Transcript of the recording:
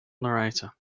narrator